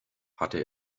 hatte